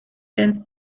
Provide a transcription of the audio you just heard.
since